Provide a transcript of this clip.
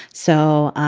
so,